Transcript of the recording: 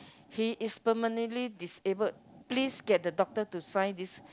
he is permanently disabled please get the doctor to sign this